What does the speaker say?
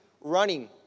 running